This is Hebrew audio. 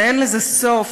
ואין לזה סוף,